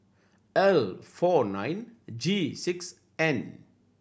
L four nine G six N